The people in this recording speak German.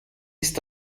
ist